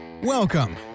Welcome